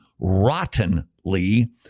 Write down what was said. rottenly